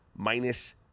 minus